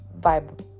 vibe